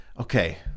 Okay